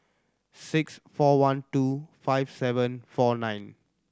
six four one two five seven four nine